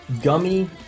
gummy